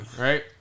Right